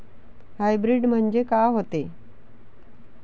Hybrid म्हनजे का होते?